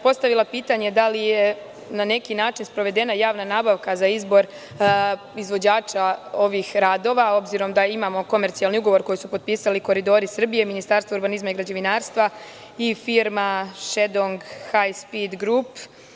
Postavila bih pitanje – da li je na neki način sprovedena javna nabavka za izbor izvođača ovih radova, obzirom da imamo komercijalni ugovor koji su potpisali Koridori Srbije, Ministarstvo urbanizma i građevinarstva i firma „Šandnong haj- spid grup“